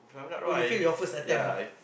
oh you fail your first attempt lah